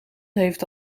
heeft